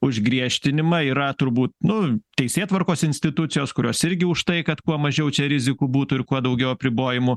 už griežtinimą yra turbūt nu teisėtvarkos institucijos kurios irgi už tai kad kuo mažiau čia rizikų būtų ir kuo daugiau apribojimų